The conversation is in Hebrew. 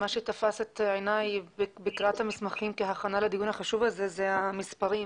מה שתפס את עיני בקריאת המסמכים כהכנה לדיון החשוב הזה זה המספרים,